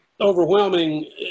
overwhelming